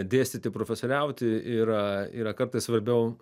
dėstyti profesoriauti yra yra kartais svarbiau